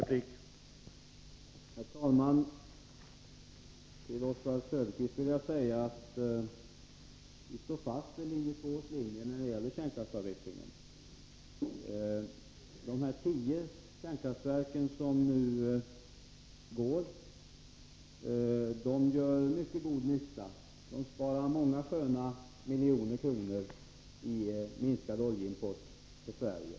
Herr talman! Till Oswald Söderqvist vill jag säga att vi står fast vid linje 2 när det gäller kärnkraftsavvecklingen. De tio kärnkraftverk som nu är i drift gör mycket god nytta. De sparar många sköna miljoner kronor i minskad oljeimport för Sverige.